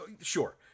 Sure